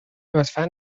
لطفا